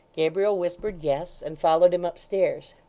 gabriel whispered yes, and followed him upstairs.